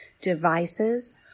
devices